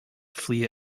flee